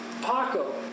Paco